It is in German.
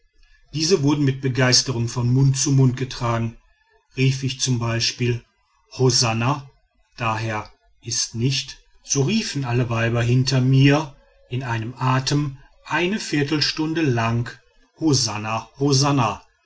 diese wurden mit begeisterung von mund zu mund getragen rief ich z b hosanna d h ist nicht so riefen alle weiber hinter mir in einem atem eine viertelstunde lang hosanna hosanna